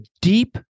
deep